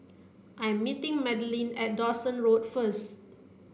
I'm meeting Madeleine at Dawson Road first